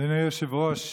אדוני היושב-ראש,